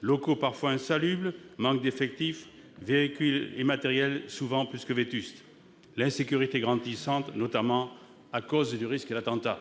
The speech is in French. locaux parfois insalubres, manque d'effectifs, véhicules et matériels souvent plus que vétustes, insécurité grandissante, notamment à cause des risques d'attentat.